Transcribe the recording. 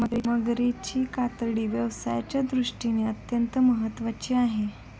मगरीची कातडी व्यवसायाच्या दृष्टीने अत्यंत महत्त्वाची आहे